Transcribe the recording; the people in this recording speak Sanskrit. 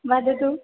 वदतु